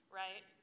right